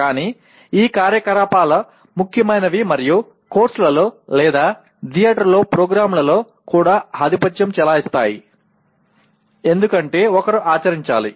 కానీ ఈ కార్యకలాపాలు ముఖ్యమైనవి మరియు కోర్సులో థియేటర్లోని ప్రోగ్రామ్లలో కూడా ఆధిపత్యం చెలాయిస్తాయి ఎందుకంటే ఒకరు ఆచరించాలి